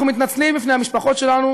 אנחנו מתנצלים בפני המשפחות שלנו,